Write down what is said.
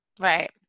Right